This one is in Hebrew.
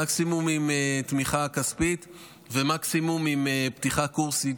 המקסימום בתמיכה כספית והמקסימום בפתיחת קורסים,